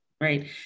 right